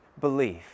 belief